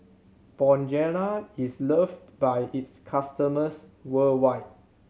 Bonjela is loved by its customers worldwide